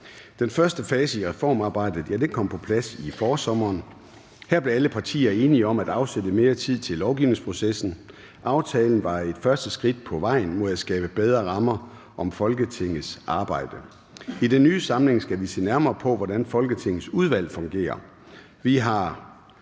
Den første fase i reformarbejdet kom på plads i forsommeren. Her blev alle partier enige om at afsætte mere tid til lovgivningsprocessen. Aftalen var et første skridt på vejen mod at skabe bedre rammer om Folketingets arbejde. I den nye samling skal vi se nærmere på, hvordan Folketingets udvalg fungerer.